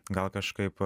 gal kažkaip